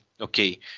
okay